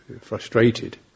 frustrated